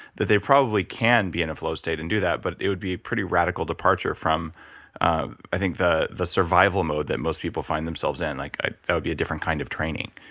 that they probably can be in a flow state and do that. but it it would be a pretty radical departure from the the survival mode that most people find themselves in. like ah that would be a different kind of training.